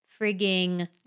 frigging